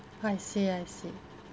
I see I see